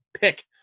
pick